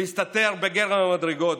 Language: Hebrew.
להסתתר בגרם המדרגות,